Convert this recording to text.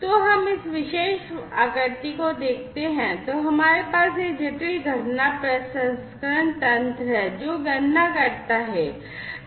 तो हम इस विशेष आकृति को देखते हैं हमारे पास यह जटिल घटना प्रसंस्करण तंत्र है जो गणना करता है